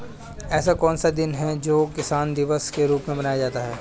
ऐसा कौन सा दिन है जो किसान दिवस के रूप में मनाया जाता है?